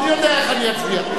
אני יודע איך אני אצביע.